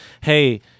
Hey